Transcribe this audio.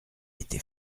été